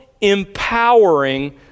empowering